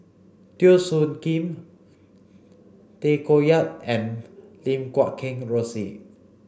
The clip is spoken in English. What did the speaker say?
Teo Soon Kim Tay Koh Yat and Lim Guat Kheng Rosie